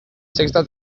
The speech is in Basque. sexta